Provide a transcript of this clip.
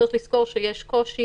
צריך לזכור שיש קושי